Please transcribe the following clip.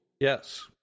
Yes